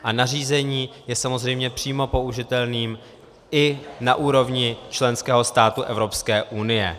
A nařízení je samozřejmě přímo použitelným i na úrovni členského státu Evropské unie.